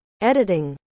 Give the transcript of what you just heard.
editing